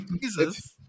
Jesus